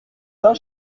saint